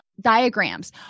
diagrams